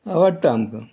आवडटा आमकां